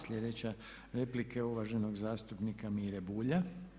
Sljedeća replika je uvaženog zastupnika Mire Bulja.